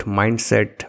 mindset